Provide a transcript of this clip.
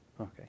Okay